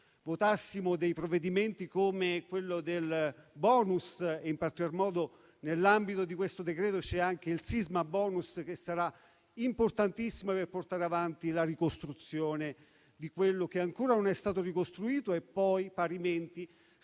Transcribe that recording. votassimo provvedimenti come quello relativo al *bonus* e, in particolar modo, nell'ambito di questo decreto, al sismabonus, che sarà importantissimo per portare avanti la ricostruzione di quello che ancora non è stato ricostruito. Sarà importante